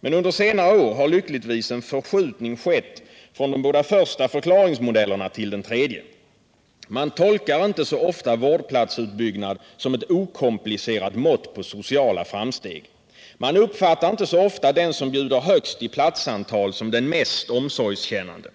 Men under senare år har lyckligtvis en förskjutning skett från de båda första förklaringsmodellerna till den tredje. Man tolkar inte så ofta vårdplatsutbyggnad som ett okomplicerat mått på sociala framsteg, man uppfattar inte så ofta den som bjuder högst i platsantal som den mest omsorgskännande.